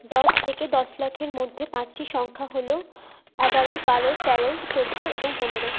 দশ থেকে দশ লাখের মধ্যে পাঁচটি সংখ্যা হলো এগারো বারো তেরো চোদ্দো এবং পনেরো